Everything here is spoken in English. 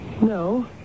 No